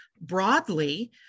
broadly